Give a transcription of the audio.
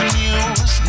news